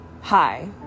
hi